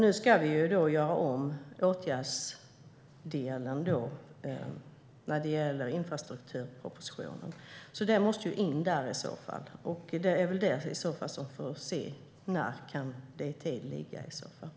Nu ska vi göra om åtgärdsdelen när det gäller infrastrukturpropositionen, så det måste i så fall in där. Sedan får vi se när det kan föreligga ett direktiv.